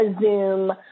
Zoom